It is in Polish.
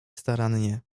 starannie